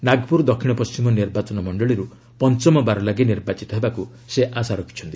ନାଗପୁର ଦକ୍ଷିଣ ପଣ୍ଢିମ ନିର୍ବାଚନ ମଣ୍ଡଳୀର୍ ପଞ୍ଚମ ବାର ଲାଗି ନିର୍ବାଚିତ ହେବାକୁ ସେ ଆଶା ରଖିଛନ୍ତି